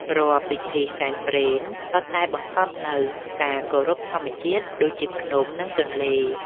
រាល់ពិធីសែនព្រេន សុទ្ធតែបង្កប់នូវការគោរពធម្មជាតិ ដូចជាភ្នំ និងទន្លេ។